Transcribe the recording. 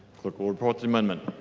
clerk will report the amendment.